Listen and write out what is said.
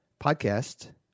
podcast